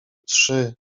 trzy